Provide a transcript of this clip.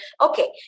okay